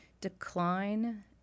decline